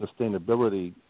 sustainability